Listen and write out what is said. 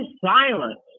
silence